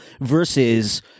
versus